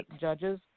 judges